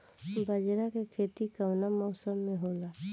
बाजरा के खेती कवना मौसम मे होला?